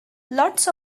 lots